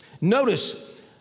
Notice